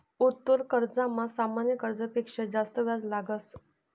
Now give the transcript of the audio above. उत्तोलन कर्जमा सामान्य कर्जस पेक्शा जास्त याज लागस